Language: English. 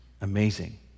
amazing